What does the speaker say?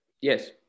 Yes